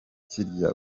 kirya